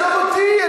עזוב אותי,